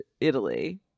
Italy